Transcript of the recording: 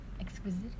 exquisite